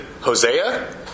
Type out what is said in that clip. Hosea